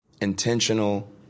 intentional